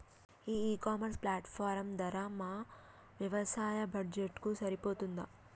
ఈ e commerce platform ధర మా వ్యవసాయ బడ్జెట్ కు సరిపోతుందా?